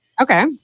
Okay